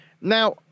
now